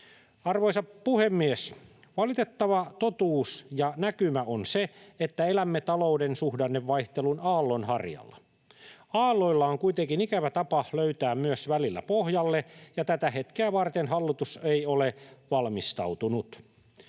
Arvoisa puhemies! Valitettava totuus ja näkymä on se, että elämme talouden suhdannevaihtelun aallonharjalla. Aalloilla on kuitenkin ikävä tapa löytää välillä myös pohjalle, ja tätä hetkeä varten hallitus ei ole valmistautunut.